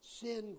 Sin